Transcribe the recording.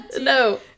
no